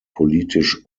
politisch